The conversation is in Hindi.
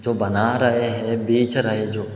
जो बना रहा है बेच रहा है जो